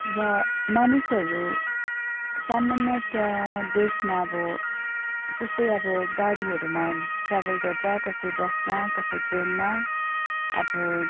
र मानिसहरू सामान्यत देशमा अब कसै अब गाडीहरूमा ट्राभल गर्छ कसै बसमा कसै ट्रेनमा अब